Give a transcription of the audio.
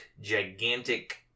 gigantic